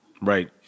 Right